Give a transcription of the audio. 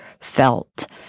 felt